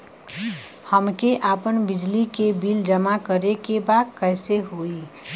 हमके आपन बिजली के बिल जमा करे के बा कैसे होई?